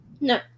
No